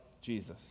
Jesus